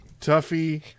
Tuffy